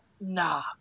nah